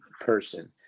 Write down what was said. person